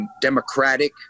democratic